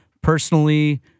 Personally